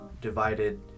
divided